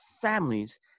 families